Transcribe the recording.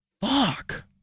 Fuck